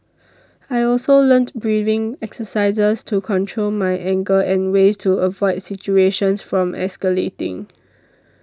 I also learnt breathing exercises to control my anger and ways to avoid situations from escalating